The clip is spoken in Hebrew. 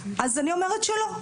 אז אני אומרת שלא.